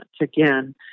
Again